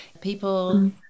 people